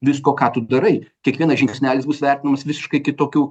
visko ką tu darai kiekvienas žingsnelis bus vertinamas visiškai kitokiu